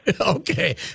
Okay